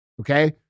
okay